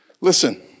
Listen